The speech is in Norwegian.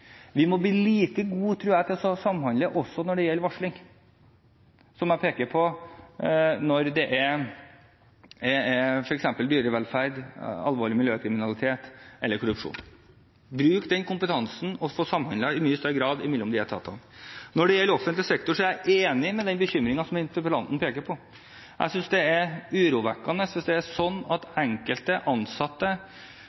vi må bli like gode til å samhandle når det gjelder varsling, som – som jeg peker på – når det handler om f.eks. dyrevelferd, alvorlig miljøkriminalitet eller korrupsjon. Bruk denne kompetansen og la etatene samhandle i mye større grad! Når det gjelder offentlig sektor, er jeg enig i den bekymringen som interpellanten har. Jeg synes det er urovekkende hvis det er slik at enkelte ansatte